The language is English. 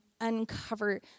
uncover